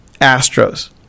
Astros